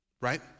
right